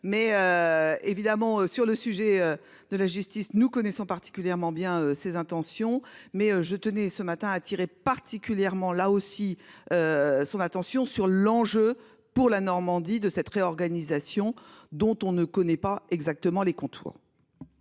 mais. Évidemment sur le sujet de la justice. Nous connaissons particulièrement bien ses intentions mais je tenais ce matin a attiré particulièrement là aussi. Son attention sur l'enjeu pour la Normandie de cette réorganisation dont on ne connaît pas exactement les contours.